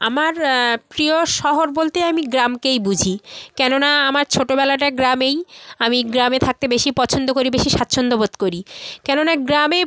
আমার প্রিয় শহর বলতে আমি গ্রামকেই বুঝি কেননা আমার ছোটোবেলাটা গ্রামেই আমি গ্রামে থাকতে বেশি পছন্দ করি বেশি স্বাচ্ছন্দ্য বোধ করি কেননা গ্রামে